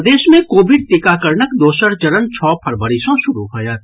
प्रदेश मे कोविड टीकाकरणक दोसर चरण छओ फरवरी सँ शुरू होयत